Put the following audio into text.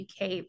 UK